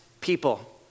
people